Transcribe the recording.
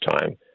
time